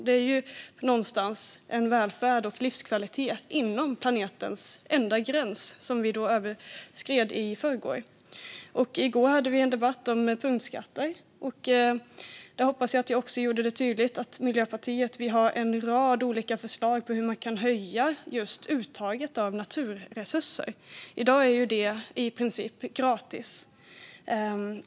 Det är någonstans en välfärd och en livskvalitet inom planetens enda gräns, som vi överskred i förrgår. I går hade vi en debatt om punktskatter. Där hoppas jag att jag gjorde det tydligt att Miljöpartiet har en rad olika förslag på hur man kan höja skatten på just uttaget av naturresurser. I dag är det i princip gratis.